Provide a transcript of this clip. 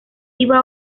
iba